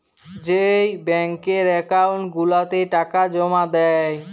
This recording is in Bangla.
যেই ব্যাংকের একাউল্ট গুলাতে টাকা জমা দেই